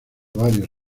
varios